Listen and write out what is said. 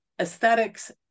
aesthetics